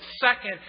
second